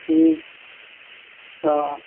હમ્મ હા